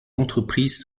entreprises